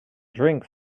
drinks